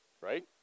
Right